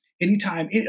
Anytime